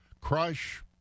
Crush